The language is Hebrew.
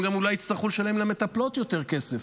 הם גם אולי יצטרכו לשלם למטפלות יותר כסף.